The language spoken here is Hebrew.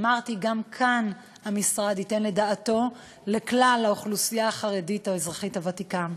ואמרתי: גם כאן המשרד ייתן את דעתו לכלל האוכלוסייה החרדית הוותיקה.